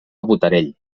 botarell